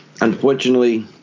Unfortunately